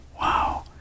Wow